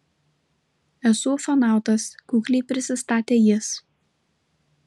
esu ufonautas kukliai prisistatė jis